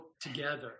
together